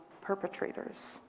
perpetrators